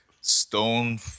stone